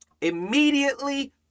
Immediately